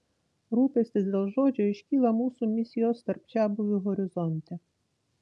rūpestis dėl žodžio iškyla mūsų misijos tarp čiabuvių horizonte